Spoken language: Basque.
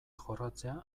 jorratzea